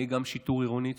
יהיה גם שיטור עירוני.